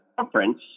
conference